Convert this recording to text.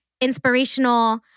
inspirational